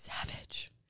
savage